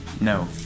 No